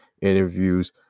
interviews